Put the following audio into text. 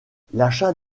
l’achat